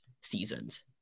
seasons